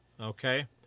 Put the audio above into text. okay